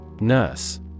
Nurse